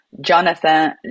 Jonathan